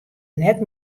net